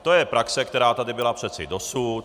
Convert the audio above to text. To je praxe, která tady byla přece dosud.